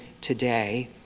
today